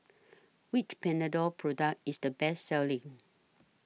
Which Panadol Product IS The Best Selling